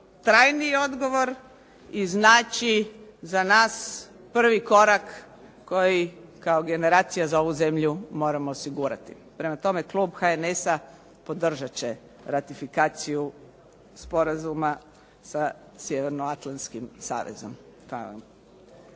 trajniji odgovor i znači za nas prvi korak koji kao generacija za ovu zemlju moramo osigurati. Prema tome, klub HNS-a podržat će ratifikaciju Sporazuma sa Sjevernoatlantskim savezom.